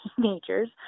teenagers